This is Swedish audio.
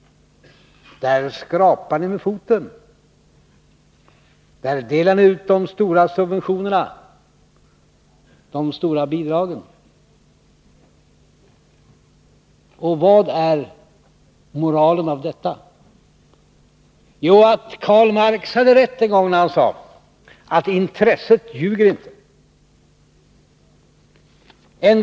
Där skrapar ni med foten, där delar ni ut de stora subventionerna, de stora bidragen. Vad är moralen i detta? Jo, att Karl Marx hade rätt den gång han sade att intresset ljuger inte.